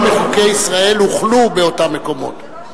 כמה מחוקי ישראל הוחלו באותם מקומות,